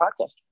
podcast